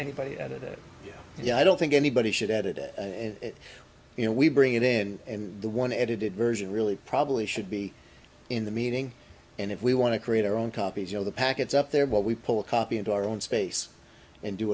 anybody at it yet i don't think anybody should add it you know we bring it in and the one edited version really probably should be in the meeting and if we want to create our own copies of the packets up there but we pull a copy into our own space and do